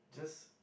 just